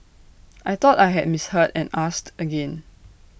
I thought I had misheard and asked again